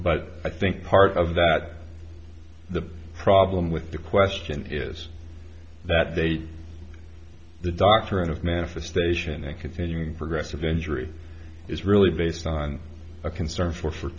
but i think part of that the problem with the question is that they the doctor and of manifestation they could progressive injury is really based on a concern for f